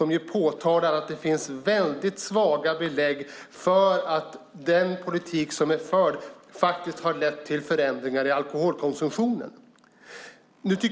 Här påtalas att det finns svaga belägg för att den förda politiken har lett till förändringar i alkoholkonsumtionen. Man ska